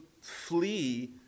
flee